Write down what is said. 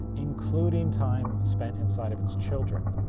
including time spent inside if its children.